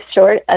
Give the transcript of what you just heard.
short